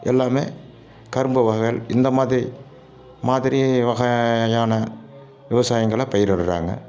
எல்லாம் கரும்பு வகைகள் இந்த மாதிரி மாதிரி வகையான விவசாயங்களை பயிரிடுறாங்க